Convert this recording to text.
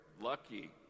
lucky